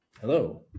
Hello